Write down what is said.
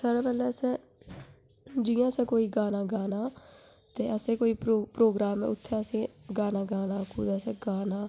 सारैं शा पैह्लैं असें जि'यां असें कोई गाना गाना ते असें कोई प्रोगराम ऐ असें उत्थैं असें गाना गाना कुतै असें गाना